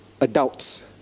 adults